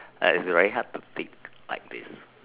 like if you very hard to pick like this